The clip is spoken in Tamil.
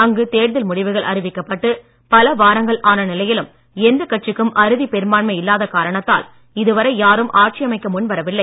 அங்கு தேர்தல் முடிவுகள் அறிவிக்கப்பட்டு பல வாரங்கள் ஆன நிலையிலும் எந்தக் கட்சிக்கும் அறுதிப் பெரும்பான்மை இல்லாத காரணத்தால் இதுவரை யாரும் ஆட்சி அமைக்க முன் வரவில்லை